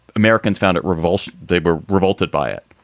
americans found it revolting. they were revolted by it.